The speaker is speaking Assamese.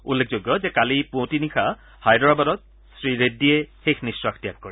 উল্লেখযোগ্য যে কালি পুৱতি নিশা হায়দৰাবাদত ৰেড্ডীয়ে শেষ নিশ্বাস ত্যাগ কৰে